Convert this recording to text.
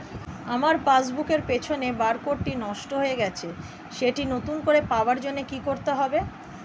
আমার পাসবুক এর পিছনে বারকোডটি নষ্ট হয়ে গেছে সেটি নতুন করে পাওয়ার জন্য কি করতে হবে?